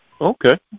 Okay